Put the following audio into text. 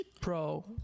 pro